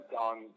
on